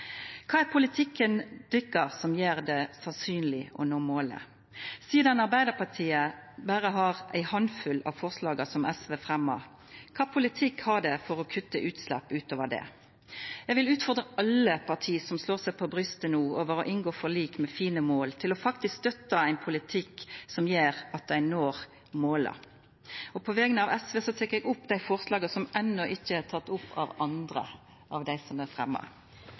Kva er politikken deira – som gjer det sannsynleg å nå målet? Sidan Arbeidarpartiet berre har ei handfull av forslaga som SV har fremja, kva politikk har dei for å kutta utslepp utover det? Eg vil utfordra alle parti som no slår seg på brystet over å inngå forlik med fine mål, til faktisk å støtta ein politikk som gjer at ein når måla. På vegner av SV tek eg opp dei forslaga som enno ikkje er tekne opp av andre. Representanten Ingunn Gjerstad har tatt opp de forslagene hun refererte til. Takk til SV og Venstre som